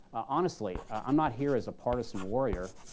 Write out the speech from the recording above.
honestly, i'm not here as a partisan warrior.